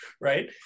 right